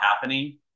happening